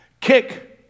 Kick